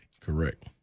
Correct